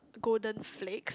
golden flakes